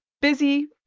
busy